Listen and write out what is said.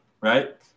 right